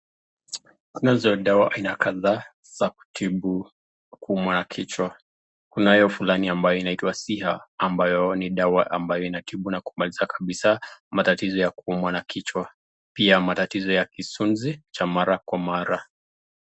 Kunazo dawa za aina kadhaa za kutibu kuuma na kichwa, kunayo fulani inayoitwa siha ambayo ni dawa inatibu na kumaliza kabisa matatizo ya kuumwa na kichwa. Pia matatizo ya kisunzi cha mara kwa mara.